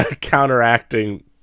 counteracting